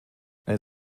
eine